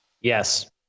Yes